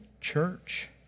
church